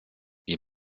wie